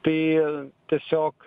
tai tiesiog